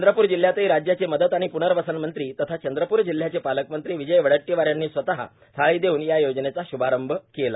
चंद्रपूर जिल्ह्यातही राज्याचे मदत आणि पूनर्वसन मंत्री तथा चंद्रपूर जिल्ह्याचे पालकमंत्री विजय वडेट्टीवार यांनी स्वतः थाळी देऊन या योजनेचा श्भारंभ केला